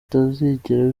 utazagira